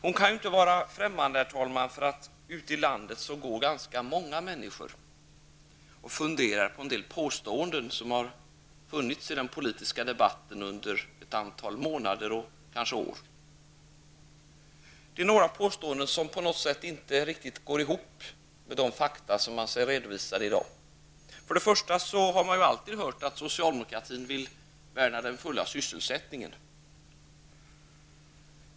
Hon kan ju, herr talman, inte vara främmande för att ganska många människor ute i landet går och funderar över en del påståenden som har framkommit i den politiska debatten under ett antal månader och kanske år. Det är några påståenden som på något sätt inte riktigt går ihop med de fakta som man ser redovisade i dag. För det första har man alltid hört att socialdemokratin vill värna den fulla sysselsättningen.